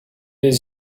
his